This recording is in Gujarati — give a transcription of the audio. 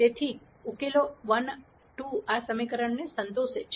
તેથી ઉકેલો 1 2 આ સમીકરણને સંતોષે છે